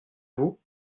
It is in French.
vous